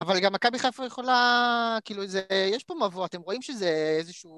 אבל גם מכבי חיפה יכולה, כאילו זה, יש פה מבוא, אתם רואים שזה איזשהו...